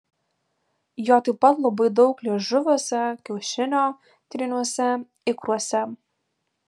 jo taip pat labai daug liežuviuose kiaušinio tryniuose ikruose